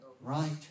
Right